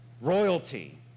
Royalty